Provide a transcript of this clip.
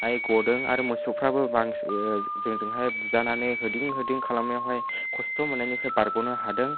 हाय गदों आरो मोसौफ्राबो बांसिन जोंजोंहाय बुजानानै होदिं होदिं खालामनायावहाय खस्थ' मोन्नायनिफ्राय बारग'नो हादों